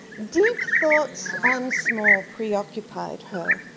deep thoughts and small pre occupied her.